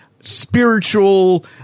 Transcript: spiritual